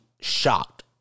shocked